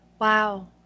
Wow